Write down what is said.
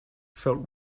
felt